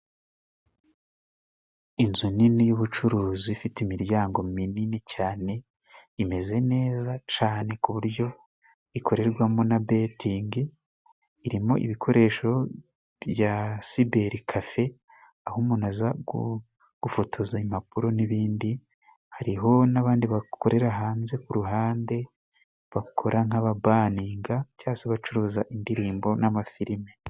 Inzu nini y'ubucuruzi ifite imiryango minini cyane imeze neza cane ku buryo ikorerwamo na betingi, irimo ibikoresho bya siberi kafe aho umuntu aza gufotoza impapuro n'ibindi. Hariho n'abandi bakorera hanze ku ruhande bakora nk'ababaninga cyase bacuruza indirimbo n'amafilime.